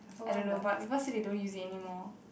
I don't know but people say they don't use it anymore